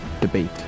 debate